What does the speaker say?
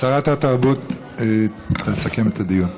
שרת התרבות צריכה לסכם את הדיון.